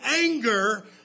anger